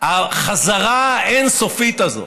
החזרה האין-סופית הזאת